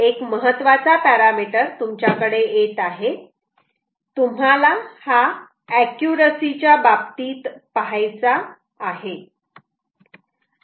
एक महत्त्वाचा पॅरामिटर तुमच्याकडे येत आहे तुम्हाला हा एक्युरॅसी च्या बाबतीत पाहायचा आहे